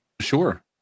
Sure